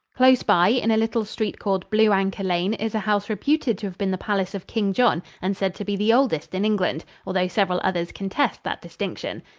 close by, in a little street called blue anchor lane, is a house reputed to have been the palace of king john and said to be the oldest in england, although several others contest that distinction.